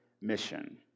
mission